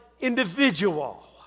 individual